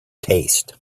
taste